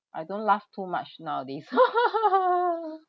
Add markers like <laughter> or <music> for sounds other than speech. I don't laugh too much nowadays <laughs>